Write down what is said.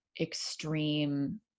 extreme